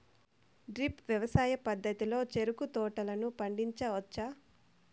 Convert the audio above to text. drip వ్యవసాయ పద్ధతిలో చెరుకు తోటలను పండించవచ్చా